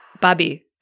Bobby